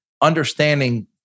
understanding